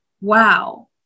wow